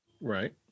Right